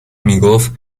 میگفت